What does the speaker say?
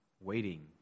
waiting